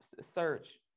search